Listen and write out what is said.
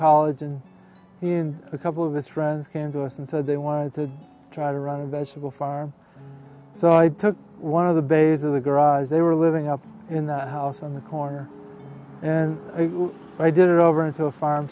college and he and a couple of his friends came to us and said they wanted to try to run a vegetable farm so i took one of the bays of the garage they were living up in that house on the corner and i did it over into a farm